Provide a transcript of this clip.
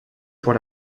pour